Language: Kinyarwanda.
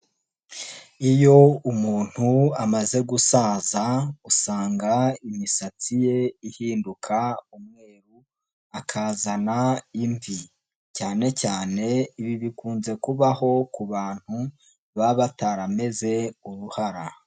Iyo umuntu amaze gusaza usanga imisatsi ye ihinduka umweru akazana imvi, cyane cyane ibi bikunze kubaho ku bantu baba batarameze uruhara.